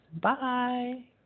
bye